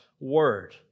Word